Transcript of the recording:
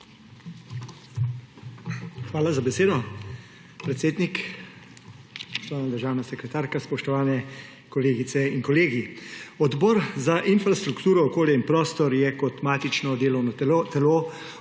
Hvala za besedo, predsednik. Spoštovana državna sekretarka, spoštovani kolegice in kolegi! Odbor za infrastrukturo, okolje in prostor je kot matično delovno telo obravnaval